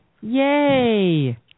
Yay